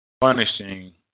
punishing